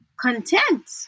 content